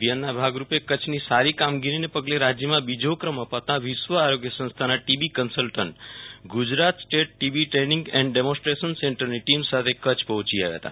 અભિયાનના ભાગરૂપે કચ્છની સારી કામગીરીને પગલે રાજ્યમાં બીજા ક્રમે અપાતા વિશ્વ આરોગ્ય સંસ્થાના TB consultant Gujarat state TB training and demonstration સેન્ટરની ટીમ સાથે કચ્છ પહોંચી આવ્યા હતા